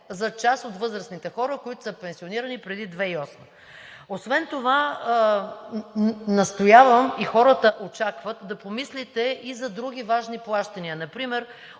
за част от възрастните хора, които са пенсионирани преди 2008 г. Освен това настоявам и хората очакват да помислите за други важни плащания – например